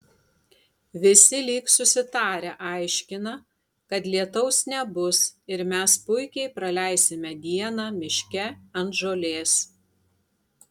visi lyg susitarę aiškina kad lietaus nebus ir mes puikiai praleisime dieną miške ant žolės